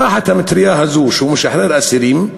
תחת המטרייה הזאת, שהוא משחרר אסירים,